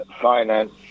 finance